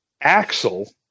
Axel